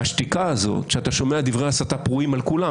והשתיקה הזאת כשאתה שומע דברי הסתה פרועים על כולם,